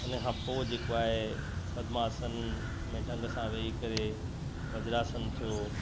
इनखां पोइ जेको आहे पद्यमासन में ढ़ंग सां वेही करे वज्रासन थियो